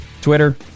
Twitter